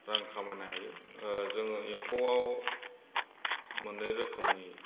रां खामायनो हायो जोङो ओ एम्फौआव मोननै रोखोमनि